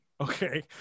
Okay